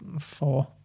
four